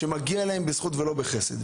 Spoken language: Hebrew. שמגיע להם בזכות ולא בחסד.